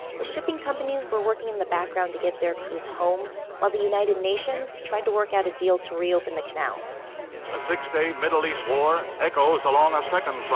the shipping companies were working in the background to get their crews home while the united nations tried to work out a deal to reopen the canal a six-day middle east war echoes along a second front,